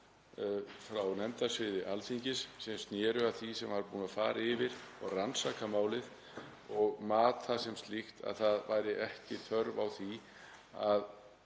frá nefndasviði Alþingis sem sneru að því sem var búið að fara yfir og rannsaka málið og mat það sem slíkt að ekki væri þörf á því að